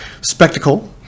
spectacle